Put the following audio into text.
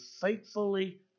faithfully